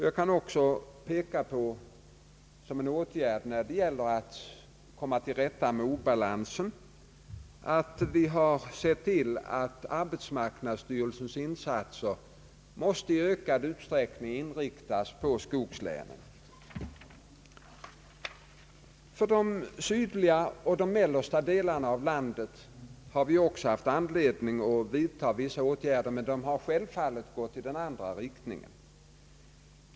Jag kan också peka på en åtgärd för att komma till rätta med obalansen, nämligen att vi har sett till att arbetsmarknadsstyrelsens insatser i ökad utsträckning inriktas på skogslänen. För de sydliga och mellersta delarna av landet har vi ofta haft anledning att vidta vissa åtgärder, men de har självfallet gått i den andra riktningen.